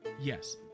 Yes